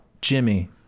Jimmy